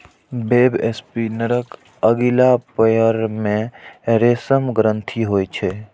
वेबस्पिनरक अगिला पयर मे रेशम ग्रंथि होइ छै